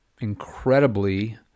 incredibly